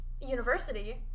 university